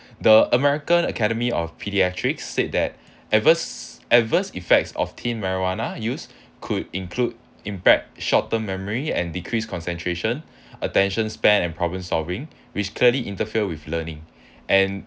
the american academy of pediatrics said that adverse adverse effects of teen marijuana use could include impact short term memory and decrease concentration attention span and problem solving which clearly interfere with learning and